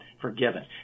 forgiven